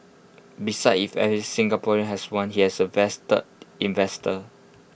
if every Singaporean has one he has A vested investor